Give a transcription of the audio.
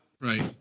Right